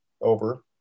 over